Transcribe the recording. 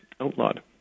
outlawed